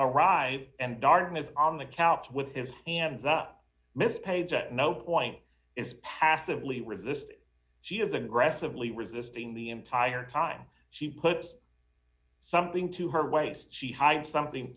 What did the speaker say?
arrive and darkness on the couch with his hands up miss page at no point is passively resisting she is aggressively resisting the entire time she puts something to her waist she hides something